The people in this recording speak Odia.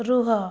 ରୁହ